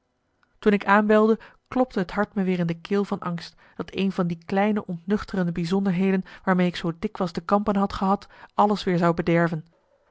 toen ik aanbelde klopte het hart me weer in de keel van angst dat een van die kleine ontnuchterende bijzonderheden waarmee ik zoo dikwijls te kampen had gehad alles weer zou bederven